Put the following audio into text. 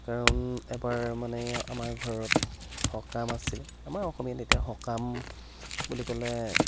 কাৰণ এবাৰ মানে আমাৰ ঘৰত সকাম আছিল আমাৰ অসমীয়াত এতিয়া সকাম বুলি ক'লে